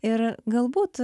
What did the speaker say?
ir galbūt